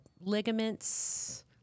ligaments